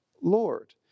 Lord